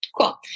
cool